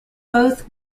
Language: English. both